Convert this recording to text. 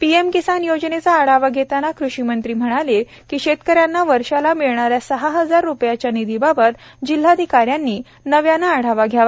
PM Kisan योजनेचा आढावा घेतांना कृषी मंत्री म्हणाले की शेतकऱ्यांना वर्षाला मिळणाऱ्या सहा हजार रुपयाच्या निधींबाबत जिल्हाधिकाऱ्यांनी नव्याने आढावा घ्यावा